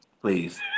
Please